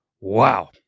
Wow